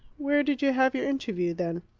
where did you have your interview, then?